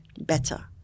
better